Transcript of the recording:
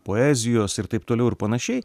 poezijos ir taip toliau ir panašiai